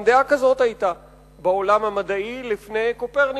גם דעה כזאת היתה בעולם המדעי לפני קופרניקוס,